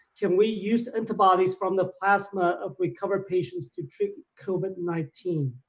can we use antibodies from the plasma of recovered patients to treat covid nineteen?